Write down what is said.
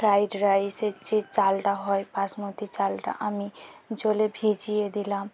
fried রাইসের যে চালটা হয় বাসমতি চালটা আমি জলে ভিজিয়ে দিলাম